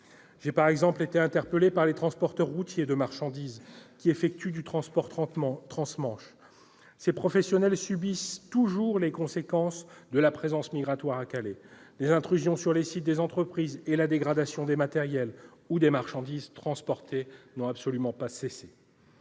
J'ai, par exemple, été interpellé par les transporteurs routiers de marchandises qui effectuent du transport transmanche. Ces professionnels subissent toujours les conséquences de la présence migratoire à Calais. Les intrusions sur les sites des entreprises et la dégradation des matériels ou des marchandises transportées n'ont absolument pas cessé.